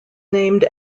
named